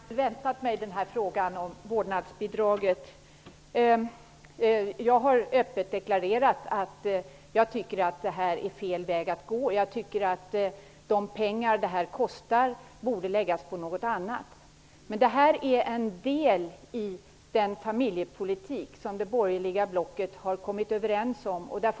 Herr talman! Jag hade väntat mig frågan om vårdnadsbidraget. Jag har öppet deklarerat att jag tycker att det här är fel väg att gå. Jag tycker att de pengar det här kostar borde läggas på något annat. Men det här är en del i den familjepolitik som det borgerliga blocket har kommit överens om.